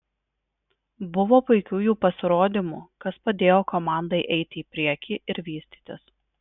buvo puikių jų pasirodymų kas padėjo komandai eiti į priekį ir vystytis